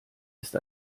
ist